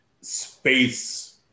space